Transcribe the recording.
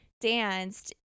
danced